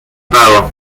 pago